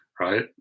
right